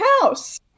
house